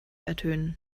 ertönen